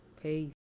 Peace